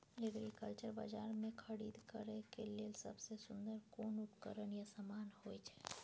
Agriculture बाजार में खरीद करे के लेल सबसे सुन्दर कोन उपकरण या समान होय छै?